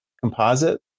Composite